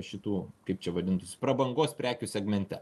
šitų kaip čia vadintųsi prabangos prekių segmente